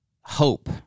hope